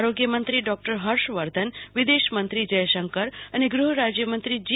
આરોગ્યમંત્રી ડોક્ટર હર્ષવર્ધન વિદેશમંત્રી જયશંકર અને ગુહરાજ્યમંત્રી જી